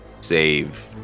save